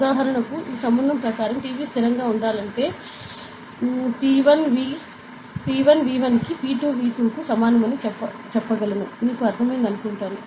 ఉదాహరణకు ఈ సంబంధం ప్రకారం పివి స్థిరంగా ఉండాలంటే పి 1 వి 1 కి పి 2 వి 2 కు సమానమని చెప్పగలను మీకు అర్థమైనది అని అనుకుంటున్నాను